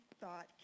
thought